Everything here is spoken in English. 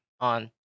on